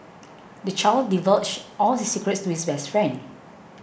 the child divulged all his secrets to his best friend